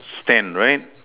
stand right